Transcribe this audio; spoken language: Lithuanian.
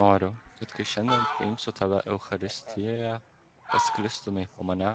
noriu kad kai šiandien priimsiu tave eucharistijoje pasklistumei po mane